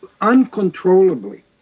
uncontrollably